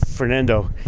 Fernando